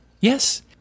yes